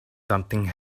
something